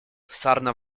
sarna